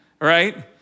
right